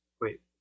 Wait